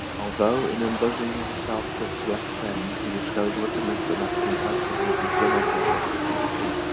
although in unbosoming himself to a select friend, he discovers wickedness enough to entitle him to general detestation,